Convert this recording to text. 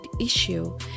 issue